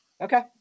Okay